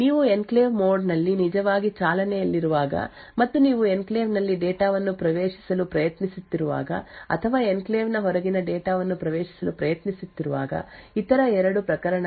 ನೀವು enclave mode ನಲ್ಲಿ ನಿಜವಾಗಿ ಚಾಲನೆಯಲ್ಲಿರುವಾಗ ಮತ್ತು ನೀವು ಎನ್ಕ್ಲೇವ್ ನಲ್ಲಿ ಡೇಟಾ ವನ್ನು ಪ್ರವೇಶಿಸಲು ಪ್ರಯತ್ನಿಸುತ್ತಿರುವಾಗ ಅಥವಾ ಎನ್ಕ್ಲೇವ್ ನ ಹೊರಗಿನ ಡೇಟಾ ವನ್ನು ಪ್ರವೇಶಿಸಲು ಪ್ರಯತ್ನಿಸುತ್ತಿರುವಾಗ ಇತರ ಎರಡು ಪ್ರಕರಣಗಳು ಪ್ರೊಸೆಸರ್ ನಿಂದ ಅನುಮತಿಸಬೇಕು